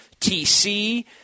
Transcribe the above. TC